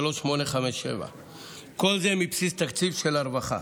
סעיף תקציבי 23103857. כל זה מבסיס תקציב הרווחה.